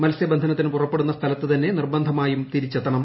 മത്സ്യബ്ദ്ധ്ൻത്തിനു പുറപ്പെടുന്ന സ്ഥലത്തുതന്നെ നിർബന്ധമായും തിരിച്ചെത്തണം